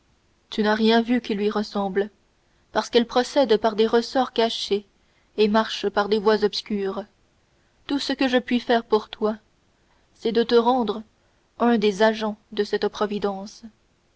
tu n'as rien vu qui lui ressemble parce qu'elle procède par des ressorts cachés et marche par des voies obscures tout ce que je puis faire pour toi c'est de te rendre un des agents de cette providence